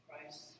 Christ